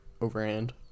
overhand